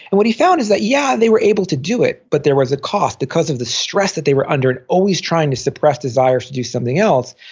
and what he found is that yeah, they were able to do it, but there was a cost because of the stress that they were under and always trying to suppress desires to to do something else.